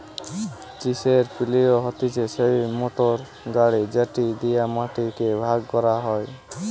chisel পিলও হতিছে সেই মোটর গাড়ি যেটি দিয়া মাটি কে ভাগ করা হয়